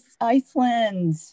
Iceland